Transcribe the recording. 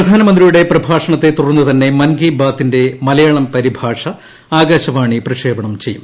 പ്രധാനമന്ത്രിയുടെ പ്രഭാഷണത്തെ തുടർന്നുതന്നെ മൻ കി ബാത്തിന്റെ മലയാളം പരിഭാഷ ആകാശവാണി പ്രക്ഷേപണം ചെയ്യും